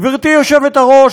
גברתי היושבת-ראש,